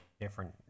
different